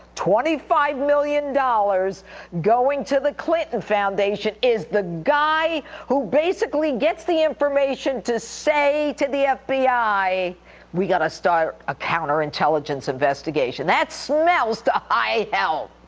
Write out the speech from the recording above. twenty five million dollars going to the clinton foundation is the guy who basically gets the information to say to the ah fbi, we got to start a counterintelligence investigation. that smells to high hell.